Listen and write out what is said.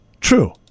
True